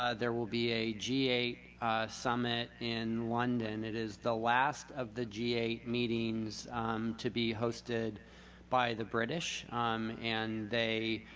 ah there will be a g eight summit in london t is the last of the g eight meetings to be hosted by the british and they